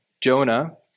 Jonah